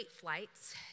flights